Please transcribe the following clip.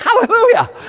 Hallelujah